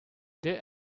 there